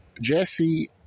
Jesse